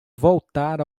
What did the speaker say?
voltar